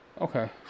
Okay